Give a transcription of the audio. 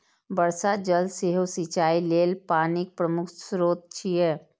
वर्षा जल सेहो सिंचाइ लेल पानिक प्रमुख स्रोत छियै